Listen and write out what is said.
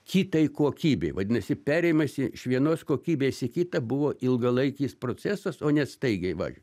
kitai kokybei vadinasi perėjimas iš vienos kokybės į kitą buvo ilgalaikis procesas o ne staigiai va